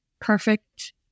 perfect